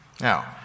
Now